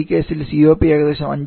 ഈ കേസിൽ COP ഏകദേശം 5